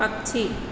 पक्षी